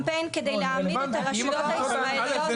העמיד לקמפיין כדי להעמיד את הרשויות הישראליות --- אל"ף,